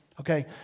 Okay